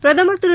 பிரதமர் திரு